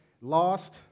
Lost